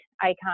ICON